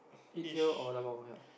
eat here or dabao ya